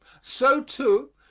so, too,